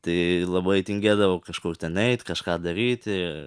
tai labai tingėdavau kažkur ten eit kažką daryti